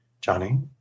Johnny